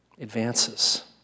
advances